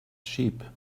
sheep